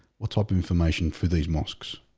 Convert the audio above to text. what type of information for these mosques?